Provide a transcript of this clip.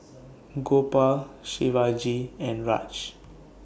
Gopal Shivaji and Raj